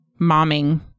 momming